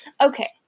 Okay